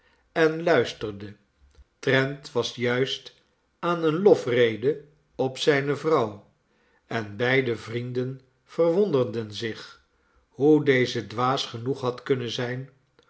en luisterde trent was juist aan eene lofrede op zijne vrouw en beide vrienden verwonderden zich hoe deze dwaas genoeg had kunnen zijn